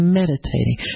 meditating